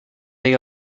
they